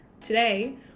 Today